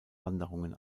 wanderungen